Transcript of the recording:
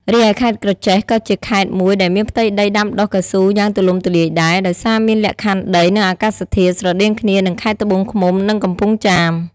រីឯខេត្តក្រចេះក៏ជាខេត្តមួយដែលមានផ្ទៃដីដាំដុះកៅស៊ូយ៉ាងទូលំទូលាយដែរ ដោយសារមានលក្ខខណ្ឌដី និងអាកាសធាតុស្រដៀងគ្នានឹងខេត្តត្បូងឃ្មុំ និងកំពង់ចាម។